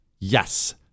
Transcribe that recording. Yes